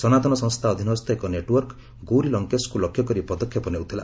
ସନାତନ ସଂସ୍ଥା ଅଧୀନସ୍ଥ ଏକ ନେଟ୍ୱର୍କ ଗୌରୀ ଲଙ୍କେଶଙ୍କୁ ଲକ୍ଷ୍ୟ କରି ପଦକ୍ଷେପ ନେଉଥିଲା